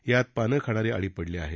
यात पानं खाणारी अळी पडली आहे